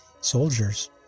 soldiers